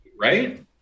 right